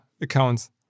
accounts